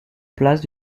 place